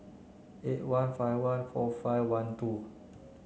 eight one five one four five one two